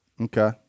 Okay